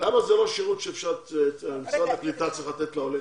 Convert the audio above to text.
למה זה לא שירות שמשרד הקליטה צריך לתת לעולה?